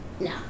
No